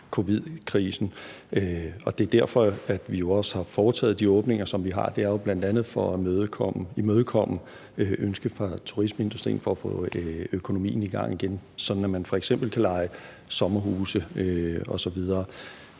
covid-19-krisen. Det er jo også derfor, vi har foretaget de åbninger, som vi har. Det er jo bl.a. for at imødekomme et ønske fra turismeindustrien om at få økonomien i gang igen, sådan at man f.eks. kan leje sommerhuse osv.